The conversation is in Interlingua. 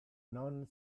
non